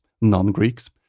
non-Greeks